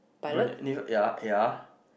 burn it ya ya